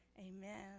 Amen